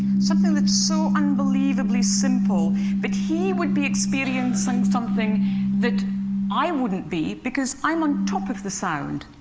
something that's so unbelievably simple but he would be experiencing something that i wouldn't be, because i'm on top of the sound.